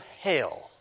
hell